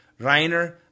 Reiner